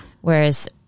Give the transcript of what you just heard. Whereas